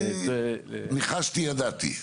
ניחשתי, ידעתי.